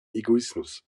egoismus